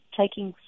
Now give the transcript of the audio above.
taking